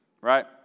right